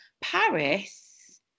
Paris